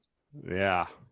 yeah.